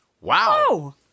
Wow